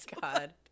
god